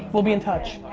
we'll be in touch,